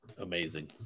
Amazing